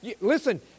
listen